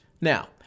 Now